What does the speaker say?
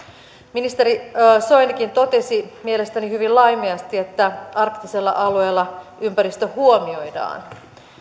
ministeri soinikin totesi mielestäni hyvin laimeasti että arktisella alueella ympäristö huomioidaan